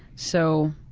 so